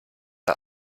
her